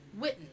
Witten